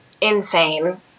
insane